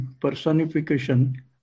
personification